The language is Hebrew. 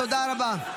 תודה רבה.